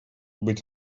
быть